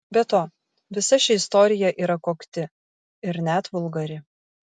be to visa ši istorija yra kokti ir net vulgari